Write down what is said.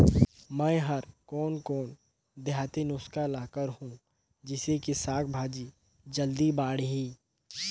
मै हर कोन कोन देहाती नुस्खा ल करहूं? जिसे कि साक भाजी जल्दी बाड़ही?